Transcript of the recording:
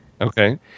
Okay